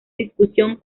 discusión